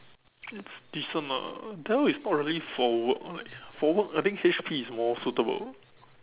it's decent ah Dell is not really for work like for work I think H_P is more suitable